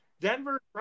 Denver